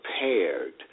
prepared